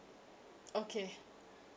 okay